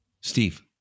Steve